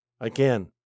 Again